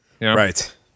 Right